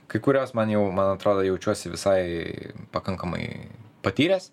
kai kurios man jau man atrodo jaučiuosi visai pakankamai patyręs